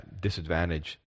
disadvantage